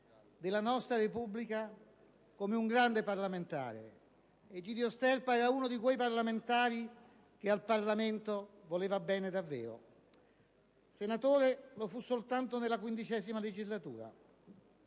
della nostra Repubblica come un grande parlamentare: Egidio Sterpa era uno di quei parlamentari che al Parlamento voleva bene davvero. Senatore lo fu soltanto nella XV legislatura,